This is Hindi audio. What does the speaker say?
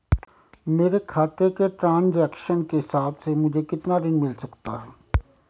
मेरे खाते के ट्रान्ज़ैक्शन के हिसाब से मुझे कितना ऋण मिल सकता है?